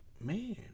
Man